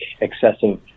excessive